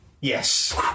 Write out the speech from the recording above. yes